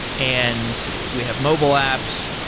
and we have mobile apps.